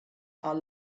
are